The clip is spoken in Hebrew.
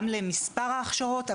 גם למספר ההכשרות,